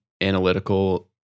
analytical